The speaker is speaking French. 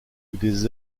des